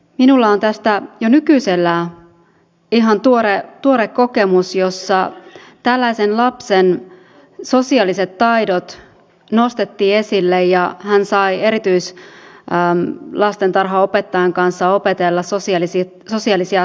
minulla on tästä jo nykyisellään ihan tuore kokemus jossa tällaisen lapsen sosiaaliset taidot nostettiin esille ja hän sai erityislastentarhaopettajan kanssa opetella sosiaalisia taitoja